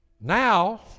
Now